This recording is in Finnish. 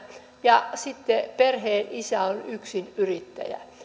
ja sitten perheenisä on yksinyrittäjä